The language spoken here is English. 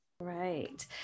Right